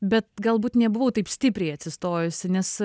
bet galbūt nebuvau taip stipriai atsistojusi nes